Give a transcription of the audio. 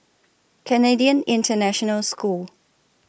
Canadian International School